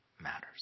matters